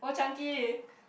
Old Chang-Kee